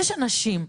יש אנשים,